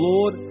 Lord